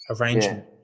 arrangement